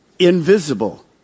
invisible